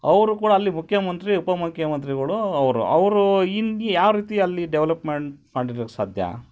ಅವರು ಕೂಡ ಅಲ್ಲಿ ಮುಖ್ಯಮಂತ್ರಿ ಉಪಮುಖ್ಯಮಂತ್ರಿಗಳು ಅವರು ಅವರು ಯಾವ ರೀತಿ ಅಲ್ಲಿ ಡೆವಲಪ್ಮೆಂಟ್ ಮಾಡಿರೋಕ್ಕೆ ಸಾಧ್ಯ